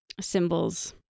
symbols